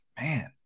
man